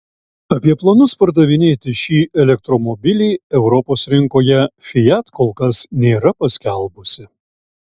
apie planus pardavinėti šį elektromobilį europos rinkoje fiat kol kas nėra paskelbusi